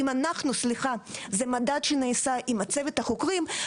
זה מדד שנעשה עם צוות החוקרים.